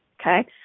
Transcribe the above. Okay